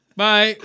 Bye